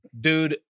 dude